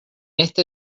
este